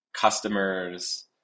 customers